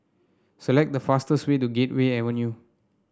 select the fastest way to Gateway Avenue